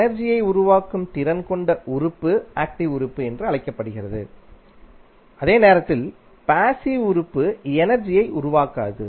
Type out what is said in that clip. எனர்ஜியை உருவாக்கும் திறன் கொண்ட உறுப்பு ஆக்டிவ் உறுப்பு என்று அழைக்கப்படுகிறது அதே நேரத்தில் பேசிவ் உறுப்பு எனர்ஜியை உருவாக்காது